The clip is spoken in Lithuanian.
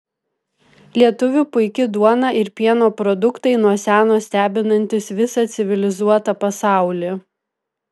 lietuvių puiki duona ir pieno produktai nuo seno stebinantys visą civilizuotą pasaulį